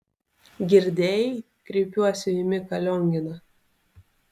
girdėjai kreipiuosi į miką lionginą